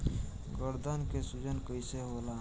गर्दन के सूजन कईसे होला?